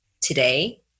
today